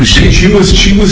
she was she was